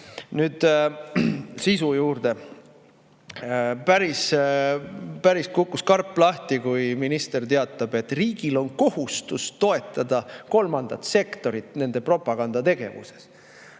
teha. Nüüd sisu juurde. Päris kukkus karp lahti, kui minister teatas, et riigil on kohustus toetada kolmandat sektorit nende propagandategevuses.